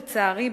לצערי,